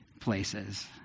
places